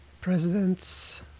Presidents